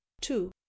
two